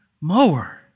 mower